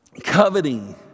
Coveting